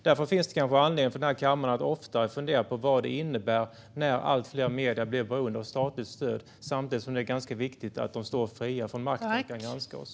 Därför finns det kanske anledning för den här kammaren att oftare fundera på vad det innebär när allt fler medier blir beroende av statligt stöd samtidigt som det är ganska viktigt att de står fria från makten och kan granska oss.